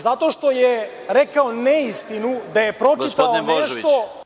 Zato što je rekao neistinu da je pročitao nešto…